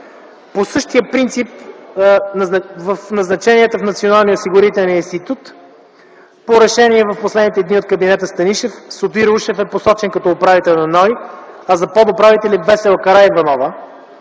На същия принцип – назначенията в Националния осигурителен институт. По решение в последните дни от кабинета Станишев Сотир Ушев е посочен като управител на НОИ, а за подуправител – Весела Караиванова.